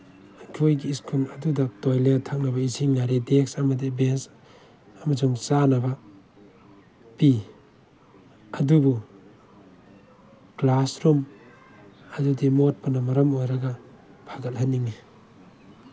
ꯑꯩꯈꯣꯏꯒꯤ ꯁ꯭ꯀꯨꯜ ꯑꯗꯨꯗ ꯇꯣꯏꯂꯦꯠ ꯊꯛꯅꯕ ꯏꯁꯤꯡ ꯂꯥꯏꯔꯤꯛ ꯗꯦꯛꯁ ꯑꯃꯗꯤ ꯕꯦꯟꯁ ꯑꯃꯁꯨꯡ ꯆꯥꯅꯕ ꯄꯤ ꯑꯗꯨꯕꯨ ꯀ꯭ꯂꯥꯁꯔꯨꯝ ꯑꯗꯨꯗꯤ ꯃꯣꯠꯄꯅ ꯃꯔꯝ ꯑꯣꯏꯔꯒ ꯐꯒꯠꯍꯟꯅꯤꯡꯉꯤ